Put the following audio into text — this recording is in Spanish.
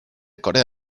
corea